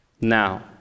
Now